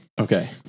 Okay